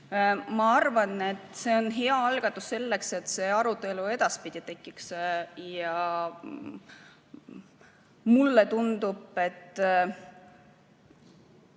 Ma arvan, et see on hea algatus selleks, et see arutelu edaspidi tekiks. Mulle tundub, et